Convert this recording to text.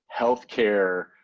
healthcare